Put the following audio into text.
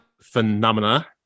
phenomena